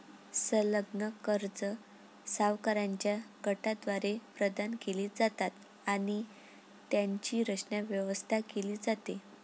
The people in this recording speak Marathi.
संलग्न कर्जे सावकारांच्या गटाद्वारे प्रदान केली जातात आणि त्यांची रचना, व्यवस्था केली जाते